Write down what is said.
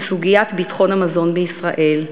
עם סוגיית ביטחון המזון בישראל.